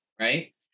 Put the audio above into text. right